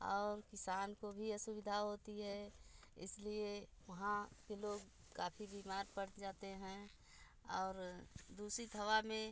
और किसान को भी असुविधा होती है इसलिए वहाँ के लोग काफ़ी बीमार पड़ जाते हैं और दूषित हवा में